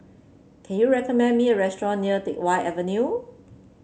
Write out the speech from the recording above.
can you recommend me a restaurant near Teck Whye Avenue